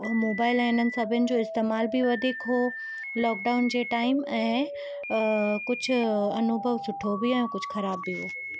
हो मोबाइल ऐं इन्हनि सभिनि जो इस्तेमालु बि वधीक हो लॉकडाउन जे टाइम ऐं कुझु अनुभव सुठो बि ऐं कुझु ख़बर बि हुओ